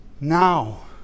now